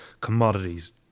commodities